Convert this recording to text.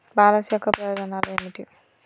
Policy యొక్క ప్రయోజనాలు ఏమిటి?